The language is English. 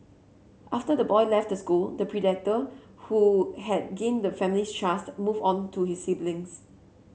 after the boy left the school the predator who had gained the family's trust moved on to his siblings